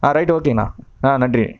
ஆ right ஓகேங்கண்ணா ஆ நன்றி